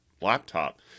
laptop